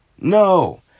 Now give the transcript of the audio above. No